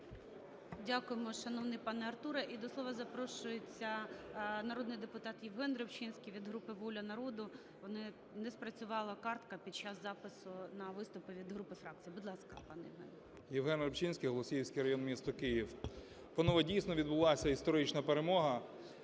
Дякуємо, шановний пане Артуре. І до слова запрошується народний депутат Євген Рибчинський від групи "Воля народу". Не спрацювала картка під час запису на виступи від груп і фракцій. Будь ласка, пане Євген. 10:33:00 РИБЧИНСЬКИЙ Є.Ю. Євген Рибчинський, Голосіївський район, місто Київ. Панове, дійсно відбулася історична перемога.